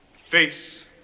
face